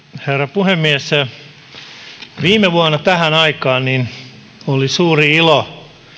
puhemies viime vuonna tähän aikaan oli suuri ilo